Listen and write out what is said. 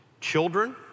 children